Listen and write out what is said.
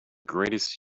greatest